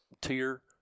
tier